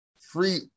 free